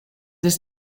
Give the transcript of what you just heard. this